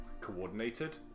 coordinated